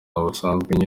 busanzwe